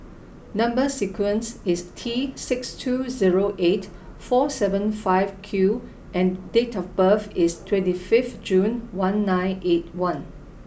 number sequence is T six two zero eight four seven five Q and date of birth is twenty fifth June one nine eight one